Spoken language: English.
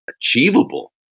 achievable